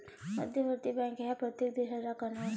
मध्यवर्ती बँक हा प्रत्येक देशाचा कणा असतो